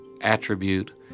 attribute